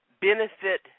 benefit